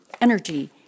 energy